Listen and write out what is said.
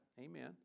Amen